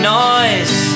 noise